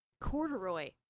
corduroy